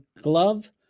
glove